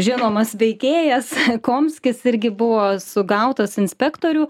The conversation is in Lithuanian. žinomas veikėjas komskis irgi buvo sugautas inspektorių